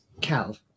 Cal